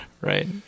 right